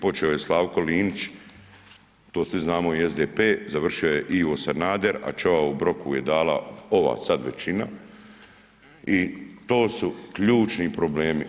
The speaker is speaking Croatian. Počeo je Slavko Linić, to svi znamo i SDP, završio je Ivo Sanader, a čavao u ... je dala ova sad većina i to su ključni problemi.